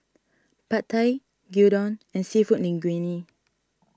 Pad Thai Gyudon and Seafood Linguine